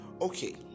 okay